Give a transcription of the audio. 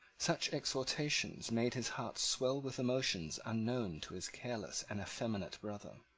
such exhortations made his heart swell with emotions unknown to his careless and effeminate brother.